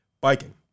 biking